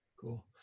Cool